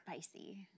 Spicy